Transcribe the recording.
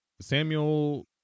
Samuel